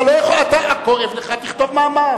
אם כואב לך, תכתוב מאמר.